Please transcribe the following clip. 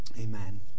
Amen